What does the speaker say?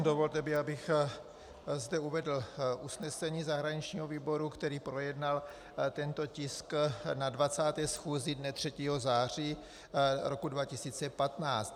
Dovolte mi, abych zde uvedl usnesení zahraničního výboru, který projednal tento tisk na 20. schůzi dne 3. září 2015.